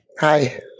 Hi